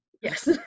Yes